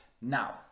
Now